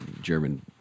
German